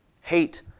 Hate